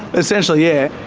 essentially, yeah.